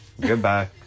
Goodbye